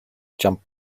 jump